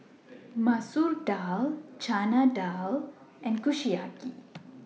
Masoor Dal Chana Dal and Kushiyaki